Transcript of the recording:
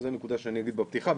זו נקודה שאני אגיד בפתיחה.